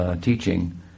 teaching